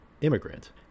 immigrant